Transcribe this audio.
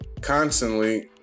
constantly